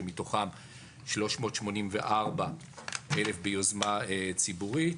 כשמתוכן 384,000 ביוזמה ציבורית.